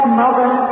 mother